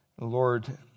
Lord